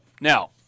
now